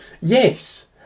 Yes